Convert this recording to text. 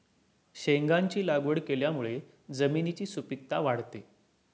शेंगांची लागवड केल्यामुळे जमिनीची सुपीकता वाढते